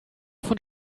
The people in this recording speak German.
von